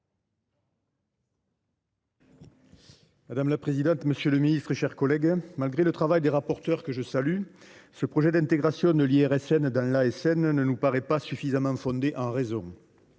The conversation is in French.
Madame la présidente, monsieur le ministre, mes chers collègues, malgré le travail des rapporteurs, que je salue, ce projet d’intégration de l’IRSN dans l’ASN ne nous paraît pas suffisamment fondé en raison.